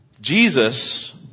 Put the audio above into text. Jesus